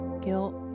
guilt